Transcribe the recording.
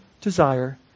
desire